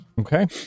Okay